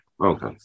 Okay